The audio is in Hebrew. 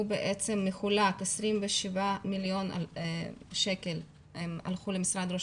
הוא מחולק ל-27 מיליון שקלים למשרד ראש